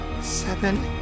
seven